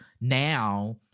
now